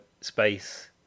space